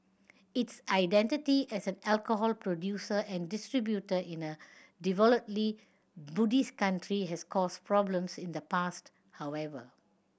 its identity as an alcohol producer and distributor in a devoutly Buddhist country has caused problems in the past however